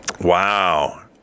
wow